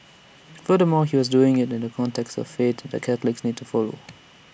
furthermore he was doing so in the context of the faith that Catholics need to follow